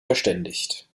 verständigt